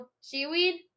seaweed